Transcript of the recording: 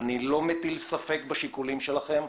ואני לא מטיל ספק בשיקולים שלכם,